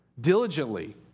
Diligently